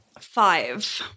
Five